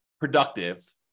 productive